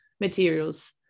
materials